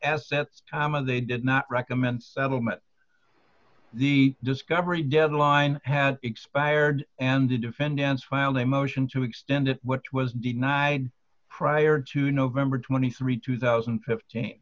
and they did not recommend settlement the discovery deadline had expired and the defendants filed a motion to extend it what was denied prior to november twenty three two thousand and fifteen